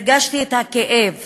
הרגשתי את הכאב